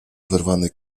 wyrwany